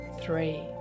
Three